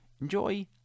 Enjoy